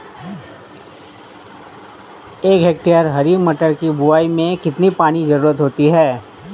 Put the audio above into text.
एक हेक्टेयर हरी मटर की बुवाई में कितनी पानी की ज़रुरत होती है?